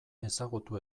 ezagutu